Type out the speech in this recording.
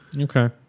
Okay